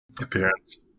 appearance